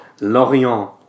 Lorient